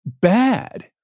bad